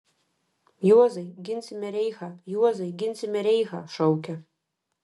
juozai ginsime reichą juozai ginsime reichą šaukia